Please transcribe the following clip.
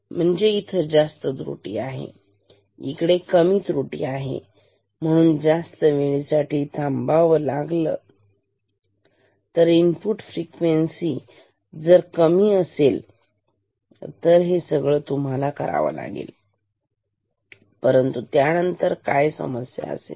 म्हणजे इथे जास्त त्रुटी आहे इकडे कमी त्रुटी आहे म्हणून जास्त वेळेसाठी थांबायचं आहे इनपुट फ्रिक्वेन्सी जर कमी असेल असेल तर हे सगळं तुम्हाला करावा लागेल परंतु त्यानंतर काय समस्या असेल